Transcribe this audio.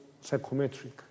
psychometric